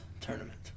tournament